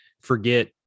forget